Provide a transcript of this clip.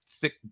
thick